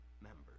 members